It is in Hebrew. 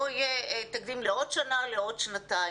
יהיה תקדים לעוד שנה או לעוד שנתיים.